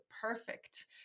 perfect